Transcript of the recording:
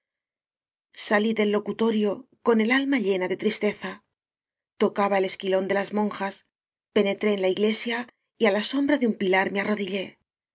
salí del locutorio con el alma llena de tris teza tocaba el esquilón de las monjas penetré en la iglesia y á la sombra de un pilar me arrodillé